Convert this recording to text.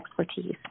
expertise